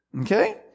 okay